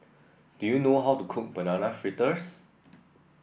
do you know how to cook Banana Fritters